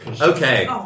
Okay